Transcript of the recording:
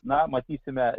na matysime